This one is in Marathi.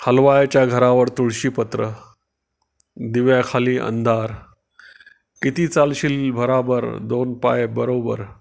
हलवायाच्या घरावर तुळशीपत्र दिव्याखाली अंधार किती चालशील भराभर दोन पाय बरोबर